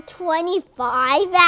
twenty-five